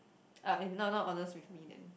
uh not not honest with me then